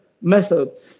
methods